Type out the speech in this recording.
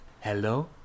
Hello